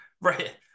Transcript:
right